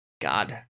God